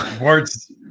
Words